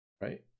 Right